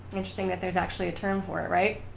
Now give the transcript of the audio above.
interesting that there's actually a term for it right?